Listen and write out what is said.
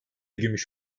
gümüş